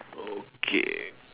okay